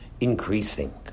increasing